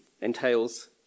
entails